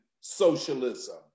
socialism